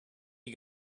you